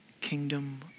kingdom